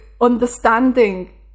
understanding